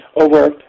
over